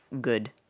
good